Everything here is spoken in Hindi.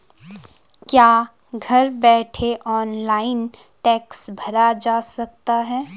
क्या घर बैठे ऑनलाइन टैक्स भरा जा सकता है?